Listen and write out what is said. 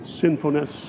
sinfulness